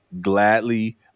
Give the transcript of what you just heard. gladly